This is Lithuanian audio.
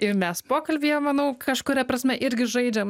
ir mes pokalbyje manau kažkuria prasme irgi žaidžiam